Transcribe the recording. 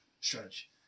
stretch